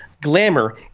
glamour